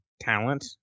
talent